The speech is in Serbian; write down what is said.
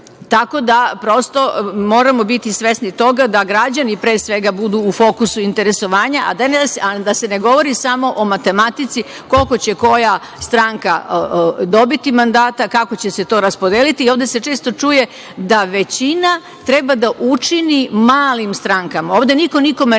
jedinica. Prosto, moramo biti svesni toga da građani, pre svega, budu u fokusu interesovanja, a da se ne govori samo o matematici koliko će koja stranka dobiti mandata, kako će se to raspodeliti. Ovde se često čuje da većina treba da učini malim strankama. Ovde niko nikome ne treba